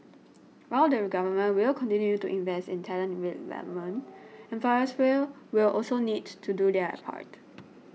while the Government will continue to invest in talent development employers will also need to do their part